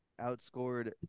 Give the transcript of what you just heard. Outscored